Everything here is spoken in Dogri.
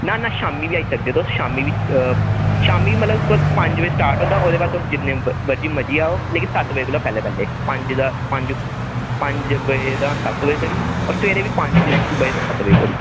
ना ना शामीं बी आई सकदे तुस शामीं बी शामीं मतलब पंज बजे स्टार्ट होई सकदा ओह्दे बाद तुस जैल्ले मर्जी आओ मतलब सत्त बजे कोला पैह्लें पैह्लें पंज बजे दा सत्त बजे धोड़ी ते तेरे बी पंज बजे दा सत्त बजे तोड़ी